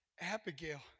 Abigail